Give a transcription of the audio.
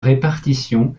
répartition